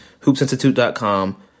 hoopsinstitute.com